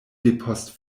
depost